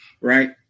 right